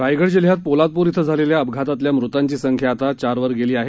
रायगड जिल्ह्यात पोलादपूर छिं झालेल्या अपघातातल्या मृतांची संख्या आता चारवर गेली आहे